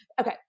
Okay